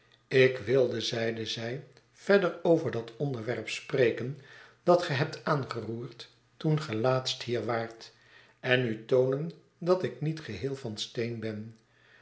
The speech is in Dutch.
ik wilde zeide zij verder over dat onderwerp spreken dat ge hebt aangeroerd toen ge laatst hier waart en u toonen dat ik niet geheel van steen ben